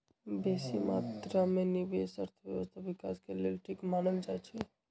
बेशी मत्रा में निवेश अर्थव्यवस्था विकास के लेल ठीक मानल जाइ छइ